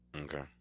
Okay